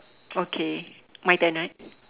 okay my turn right